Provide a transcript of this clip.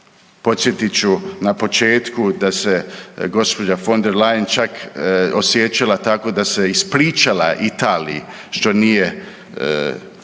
Podsjetit ću na početku da se gospođa von der Leyen čak osjećala tako da se ispričala Italiji što nije